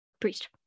priest